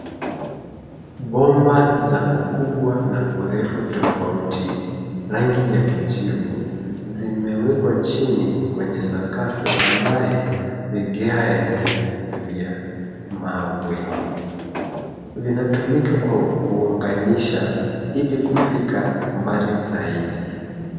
Bomba za ukubwa na urefu tofauti, rangi ya kijivu, zimewekwa chini kwenye sakafu ambayo vigae ni vya mawe. Vinatumika kwa kuunganisha ili kufika mbali zaidi.